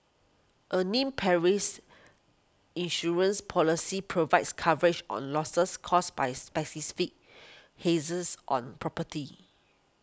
a named perils insurance policy provides coverage on losses caused by hazards on property